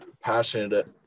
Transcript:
passionate